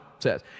says